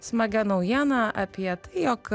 smagia naujiena apie tai jog